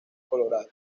colorado